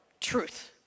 truth